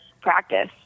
practice